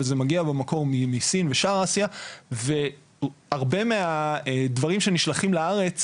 אבל זה מגיע במקור מסין ומשאר אסיה והרבה מהדברים שנשלחים לארץ,